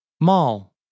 Mall